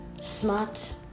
smart